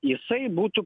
jisai būtų